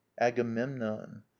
agamemnon